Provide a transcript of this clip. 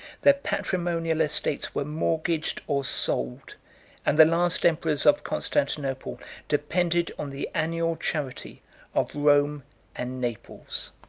their patrimonial estates were mortgaged or sold and the last emperors of constantinople depended on the annual charity of rome and naples.